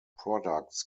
products